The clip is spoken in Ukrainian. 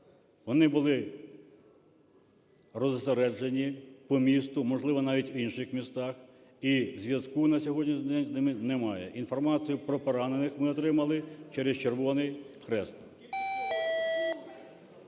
Вони були розосереджені по місту, можливо, навіть в інших містах, і зв'язку на сьогоднішній день з ними немає. Інформацію про поранених ми отримали через Червоний Хрест.